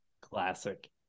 classic